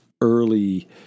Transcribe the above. early